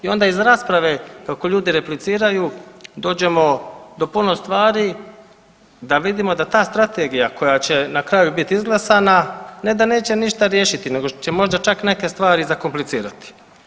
I onda iz rasprave kako ljudi repliciraju dođemo do puno stvari da vidimo da ta strategija koja će na kraju biti izglasana ne da neće ništa riješiti nego će možda čak neke stvari i zakomplicirati.